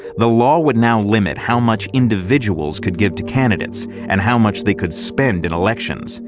the law would now limit how much individuals could give to candidates and how much they could spend in elections,